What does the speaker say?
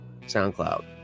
SoundCloud